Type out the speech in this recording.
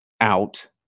out